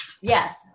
yes